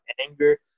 anger